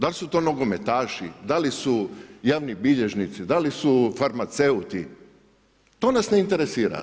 Da li su to nogometaši, da li su javni bilježnici, da li su farmaceuti, to nas ne interesira.